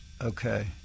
Okay